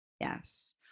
Yes